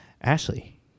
Ashley